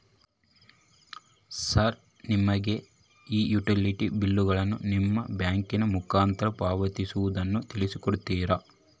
Sir ನಮಗೆ ಈ utility ಬಿಲ್ಲುಗಳನ್ನು ನಿಮ್ಮ ಬ್ಯಾಂಕಿನ ಮುಖಾಂತರ ಪಾವತಿಸುವುದನ್ನು ತಿಳಿಸಿ ಕೊಡ್ತೇರಾ?